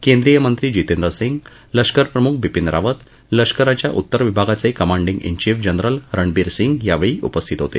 केंद्रीय मंत्री जितेंद्र सिंग लष्करप्रमुख बिपिन रावत लष्कराच्या उत्तर विभागाचे commanding in chief general Ranbir Singh यावेळी उपस्थित होते